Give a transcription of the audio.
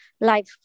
life